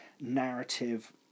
narrative